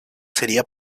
sería